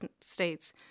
states